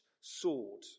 sword